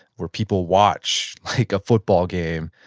where people watch, like a football game,